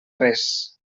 res